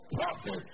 profit